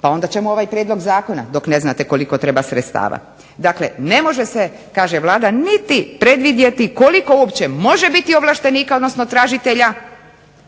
pa onda ćemo ovaj prijedlog zakona dok ne znate koliko treba sredstava. Dakle, ne može se kaže Vlada niti predvidjeti koliko uopće može biti ovlaštenika odnosno tražitelja